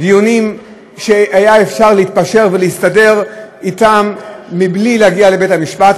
דיונים שהיה אפשר להתפשר ולהסתדר בהם בלי להגיע לבית-המשפט.